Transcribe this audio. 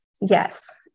Yes